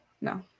No